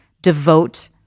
devote